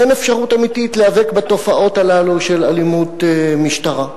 אין אפשרות אמיתית להיאבק בתופעות הללו של אלימות משטרה.